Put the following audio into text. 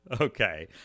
Okay